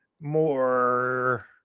more